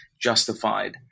justified